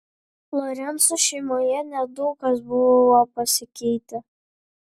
lorencų šeimoje nedaug kas buvo pasikeitę